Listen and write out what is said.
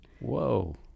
Whoa